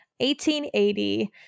1880